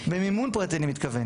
במימון פרטי אני מתכוון.